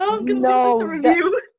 No